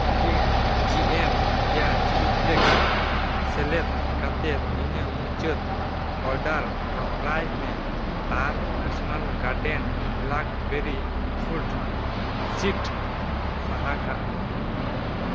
eighty g m ᱠᱮᱭᱟ chilli flakes ᱥᱮᱞᱮᱫ ᱠᱟᱛᱮ ᱤᱧᱟᱹᱜ ᱢᱩᱪᱟᱹᱫ ᱚᱰᱟᱨ ᱫᱚᱦᱲᱟᱭ ᱢᱮ ᱟᱨ national garden black berry food seed ᱥᱟᱦᱟ ᱠᱟᱜ ᱢᱮ